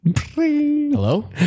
Hello